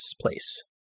place